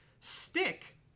stick